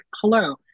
hello